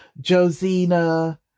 Josina